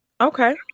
Okay